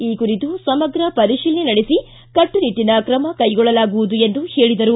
ಈ ಕುರಿತು ಸಮಗ್ರ ಪರಿಶೀಲನೆ ನಡೆಸಿ ಕಟ್ಟುನಿಟ್ಟನ ಕ್ರಮ ಕೈಗೊಳ್ಳಲಾಗುವುದು ಎಂದು ಹೇಳಿದರು